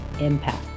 impact